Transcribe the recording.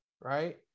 right